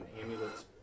amulets